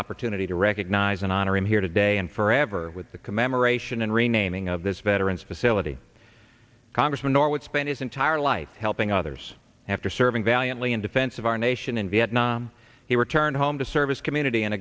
opportunity to recognize and honor him here today and forever with the commemoration and renaming of this veteran's facility congressman norwood spent his entire life helping others after serving valiantly in defense of our nation in vietnam he returned home to service community in